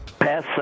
Pass